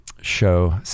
show